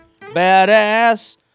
badass